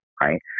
right